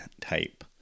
type